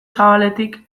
zabaletik